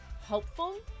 helpful